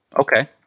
Okay